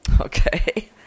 okay